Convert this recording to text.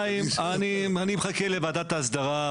שנית, אני מחכה לוועדת האסדרה.